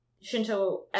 shinto